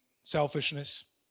selfishness